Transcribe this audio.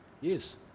yes